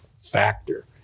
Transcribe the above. factor